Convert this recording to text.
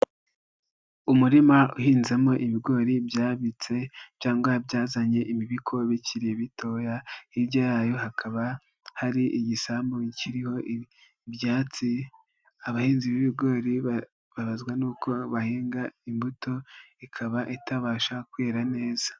Umurima uhinzemo ibigori byabitse cyangwa byazanye imibiko bikiri bitoya, hirya yayo hakaba hari igisambu kiriho ibyatsi, abahinzi b'ibigori babazwa n'uko bahinga imbuto ikaba itabasha kwera neza.